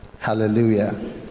hallelujah